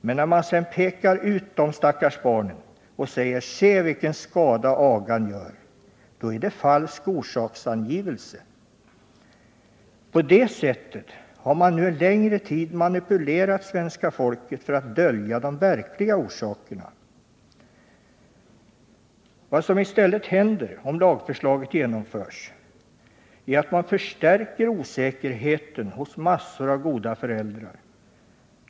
Men när man sedan pekar ut dessa stackars barn och säger: ”Se, vilken skada agan gör!” är det falsk orsaksangivelse. På det sättet har man nu en längre tid manipulerat svenska folket för att dölja de verkliga orsakerna. Vad som i stället händer om lagförslaget genomförs är att man förstärker osäkerheten hos massor av goda föräldrar.